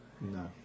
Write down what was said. No